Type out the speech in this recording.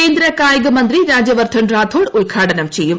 കേന്ദ്ര കായികമന്ത്രി രാജ്വർദ്ധൻ റാഥോഡ് ഉദ്ഘാടനം ചെയും